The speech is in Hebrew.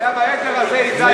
הייתה בעדר הזה עיזה עיוורת.